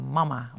mama